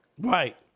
Right